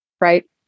right